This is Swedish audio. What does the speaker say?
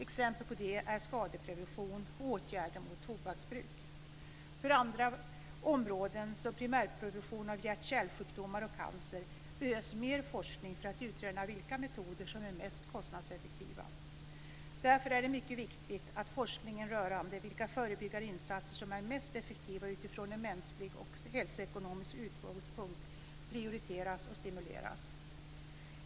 Exempel på det är skadeprevention och åtgärder mot tobaksbruk. För andra områden, som primärprevention av hjärtkärlsjukdomar och cancer, behövs mer forskning för att man ska kunna utröna vilka metoder som är mest kostnadseffektiva. Därför är det mycket viktigt att forskningen rörande vilka förebyggande insatser som är mest effektiva utifrån en mänsklig och hälsoekonomisk utgångspunkt prioriteras och stimuleras.